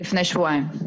לפני שבועיים.